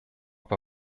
bei